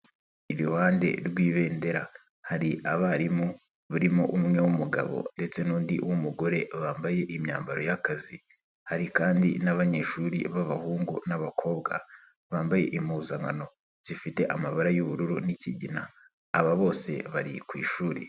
Iruhande rw'ibendera hari abarimu barimo umwe w'umugabo ndetse n'undi w'umugore bambaye imyambaro y'akazi, hari kandi n'abanyeshuri b'abahungu n'abakobwa bambaye impuzankano zifite amabara y'ubururu n'kigina, aba bose bari ku ishuri.